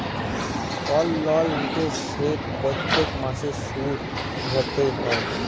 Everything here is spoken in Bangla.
কল লল লিলে সেট প্যত্তেক মাসে সুদ ভ্যইরতে হ্যয়